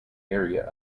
area